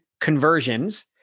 conversions